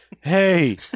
hey